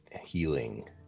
healing